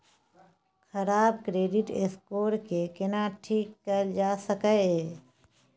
खराब credit score के केना ठीक कैल जा सकै ये?